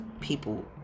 People